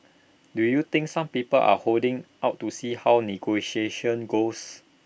do you think some people are holding out to see how negotiations goes